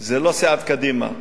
זה לא סיעת קדימה,